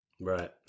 Right